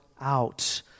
out